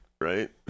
Right